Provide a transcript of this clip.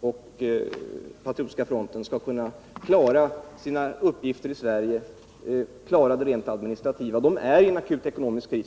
och Patriotiska fronten även kan klara sina rent administrativa uppgifter i Sverige! De är i en akut ekonomisk kris.